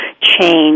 change